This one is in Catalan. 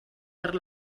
per